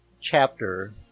chapter